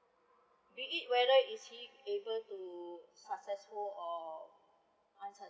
be it whether is he able to successful or